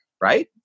Right